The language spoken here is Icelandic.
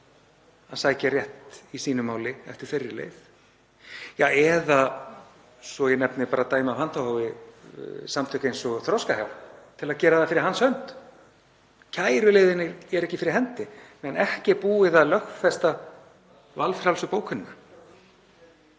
að sækja rétt í sínu máli eftir þeirri leið, eða, svo að ég nefni bara dæmi af handahófi, fyrir samtök eins og Þroskahjálp að gera það fyrir hans hönd. Kæruleiðin er ekki fyrir hendi meðan ekki er búið að lögfesta valfrjálsu bókunina.